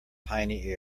piny